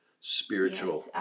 spiritual